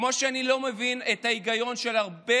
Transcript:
כמו שאני לא מבין את ההיגיון של הרבה